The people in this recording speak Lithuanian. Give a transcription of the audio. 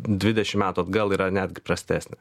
dvidešimt metų atgal yra netgi prastesnė